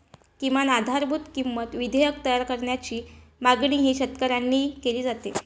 किमान आधारभूत किंमत विधेयक तयार करण्याची मागणीही शेतकऱ्यांनी केली आहे